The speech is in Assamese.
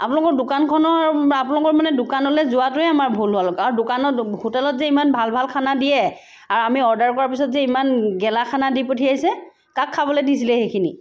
আপোনলোকৰ দোকানখনৰ আপোনলোকৰ মানে দোকানলৈ যোৱাটোৱেই আমাৰ ভুল হ'ল আৰু দোনাকত হোটেলত যে ইমান ভাল ভাল খানা দিয়ে আৰু আমি অৰ্ডাৰ কৰা পিছত যে ইমান গেলা খানা দি পঠিয়াইছে কাক খাবলৈ দিছিলে সেইখিনি